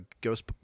Ghost